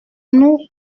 nous